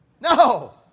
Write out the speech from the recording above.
no